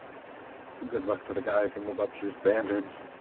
good luck to the guy who can live up to your standards.